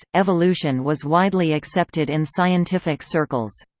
ah evolution was widely accepted in scientific circles.